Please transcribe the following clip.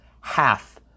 half